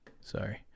sorry